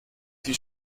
die